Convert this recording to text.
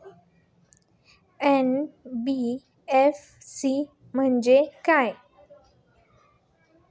NBFC म्हणजे काय?